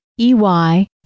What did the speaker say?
EY